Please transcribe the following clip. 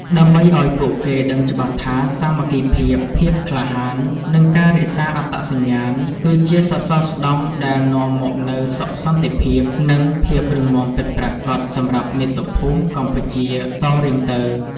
ដើម្បីឱ្យពួកគេដឹងច្បាស់ថា សាមគ្គីភាព ភាពក្លាហាន និងការរក្សាអត្តសញ្ញាណ គឺជាសសរស្តម្ភដែលនាំមកនូវសុខសន្តិភាព និងភាពរឹងមាំពិតប្រាកដសម្រាប់មាតុភូមិកម្ពុជាតរៀងទៅ។